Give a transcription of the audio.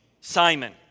Simon